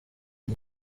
nke